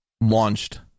launched